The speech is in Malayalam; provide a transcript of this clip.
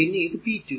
പിന്നെ ഇത് p2